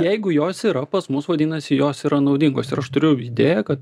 jeigu jos yra pas mus vadinasi jos yra naudingos ir aš turiu idėją kad